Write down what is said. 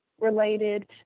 related